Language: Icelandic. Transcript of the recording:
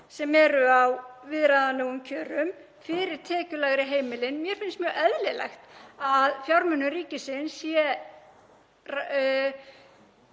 sem eru á viðráðanlegum kjörum fyrir tekjulægri heimilin. Mér finnst mjög eðlilegt að fjármunum ríkisins sé